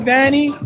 Danny